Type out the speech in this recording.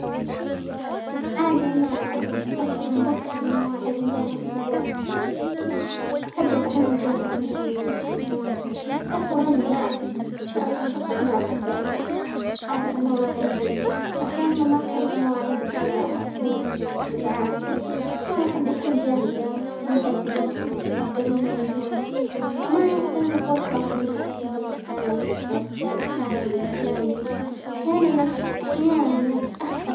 عادما اصل مبكر لمواعدي مع الاصدقاء، احب اكون جاهزة دايما، واصلا ما احب شي انا شخص ما احب اخر مواعيدي، عشان انا ما اخر مواعيدي كذا اكون ازعاج، كمان احب اكون جاهزة واستمتع بالوقت قبل ما يجون كمان يعطيني فرصة ان انا اشوف المكان وارتب افكاري وكلامي، احيانا-احيانا اتأخر.